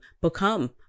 become